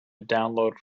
download